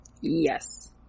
Yes